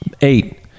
eight